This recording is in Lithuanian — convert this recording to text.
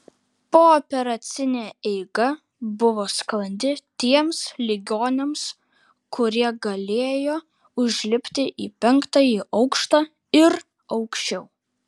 pooperacinė eiga buvo sklandi tiems ligoniams kurie galėjo užlipti į penktąjį aukštą ir aukščiau